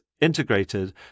integrated